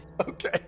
Okay